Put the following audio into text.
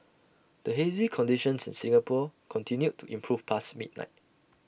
the hazy conditions in Singapore continued to improve past midnight